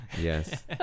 Yes